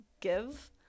give